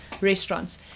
restaurants